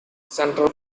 central